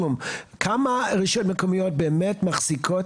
--- כמה רשויות מקומיות באמת מחזיקות